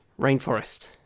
rainforest